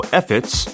efforts